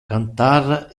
cantar